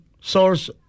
source